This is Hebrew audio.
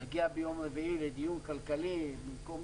להגיע ביום רביעי לדיון כלכלי במקום